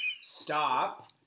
stop